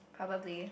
probably